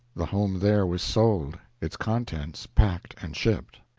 the home there was sold its contents packed and shipped.